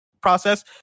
process